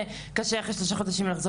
קשה לחזור אחרי שלושה חודשים,